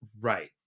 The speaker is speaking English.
right